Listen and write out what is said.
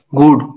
good